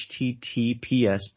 https